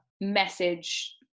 message